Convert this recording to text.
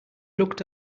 looked